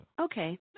okay